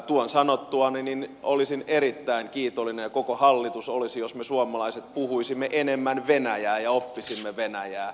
tuon sanottuani olisin erittäin kiitollinen ja koko hallitus olisi jos me suomalaiset puhuisimme enemmän venäjää ja oppisimme venäjää